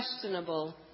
questionable